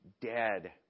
dead